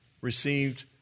received